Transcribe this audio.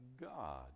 God